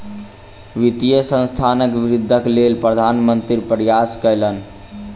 वित्तीय संस्थानक वृद्धिक लेल प्रधान मंत्री प्रयास कयलैन